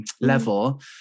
level